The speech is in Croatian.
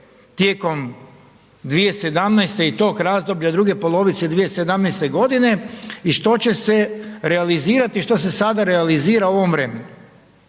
tijekom 2017. i tog razdoblja 2017. godine i što će se realizirati, što se sada realizira u ovom vremenu.